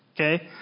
Okay